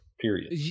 period